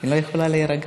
היא לא יכולה להירגע.